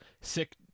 sick